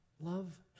Love